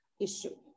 issue